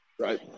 right